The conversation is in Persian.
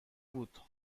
بود